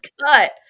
cut